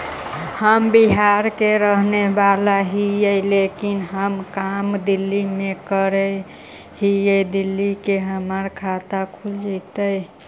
हम बिहार के रहेवाला हिय लेकिन हम काम दिल्ली में कर हिय, दिल्ली में हमर खाता खुल जैतै?